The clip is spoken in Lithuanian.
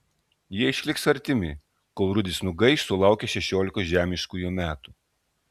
jie išliks artimi kol rudis nugaiš sulaukęs šešiolikos žemiškųjų metų